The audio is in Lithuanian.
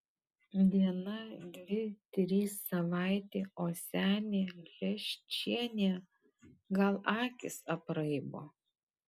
diena dvi trys savaitė o senė leščienė gal akys apraibo